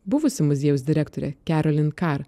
buvusi muziejaus direktorė kerolin kar